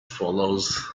follows